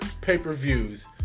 pay-per-views